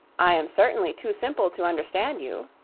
i am certainly too simple to understand you,